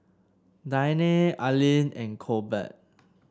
Diane Arlyn and Colbert